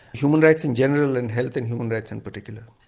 human rights in general and health and human rights in particular.